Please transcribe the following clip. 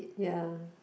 ya